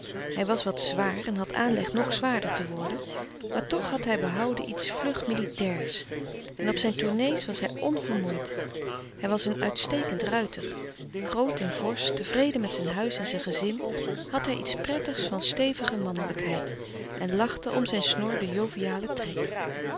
hij was wat zwaar en had aanleg nog zwaarder te worden maar toch had hij behouden iets vlug militairs en op zijn tournées was hij onvermoeid hij was een uitstekend ruiter groot en forsch tevreden met zijn huis en zijn gezin had hij iets prettigs van stevige mannelijkheid en lachte om zijn snor de joviale trek